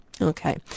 Okay